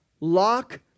lock